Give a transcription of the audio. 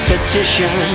Petition